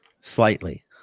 Slightly